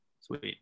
Sweet